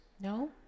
No